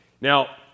Now